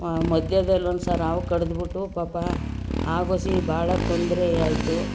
ಮಧ್ಯದಲ್ಲಿ ಒಂದ್ಸರಿ ಹಾವು ಕಡ್ದುಬಿಟ್ಟು ಪಾಪ ಆಗೊಸಿ ಭಾಳ ತೊಂದರೆ ಆಯಿತು